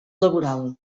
laboral